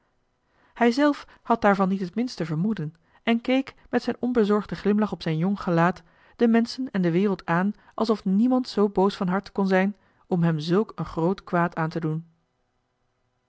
hij zelf had daarvan niet het minste vermoeden en keek met zijn onbezorgden glimlach op zijn jong gelaat de menschen en de wereld aan alsof niemand zoo boos van harte kon zijn om hem zulk een groot kwaad aan te doen